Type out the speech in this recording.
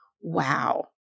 wow